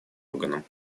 органам